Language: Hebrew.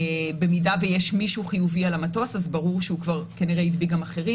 במידה שיש מישהו חיובי על המטוס אז ברור שהוא כנראה הדביק אחרים